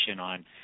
on